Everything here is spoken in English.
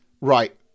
right